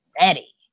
ready